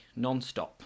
nonstop